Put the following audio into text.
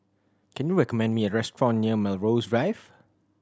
can you recommend me a restaurant near Melrose Drive